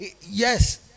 yes